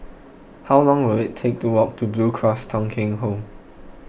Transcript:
how long will it take to walk to Blue Cross Thong Kheng Home